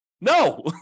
No